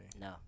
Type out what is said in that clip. No